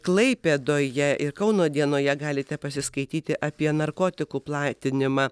klaipėdoje ir kauno dienoje galite pasiskaityti apie narkotikų platinimą